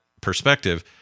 perspective